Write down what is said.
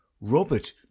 robert